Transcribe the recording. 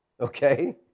okay